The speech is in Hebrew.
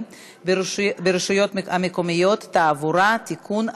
ברשויות המקומיות (תעבורה) (תיקון),